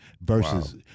versus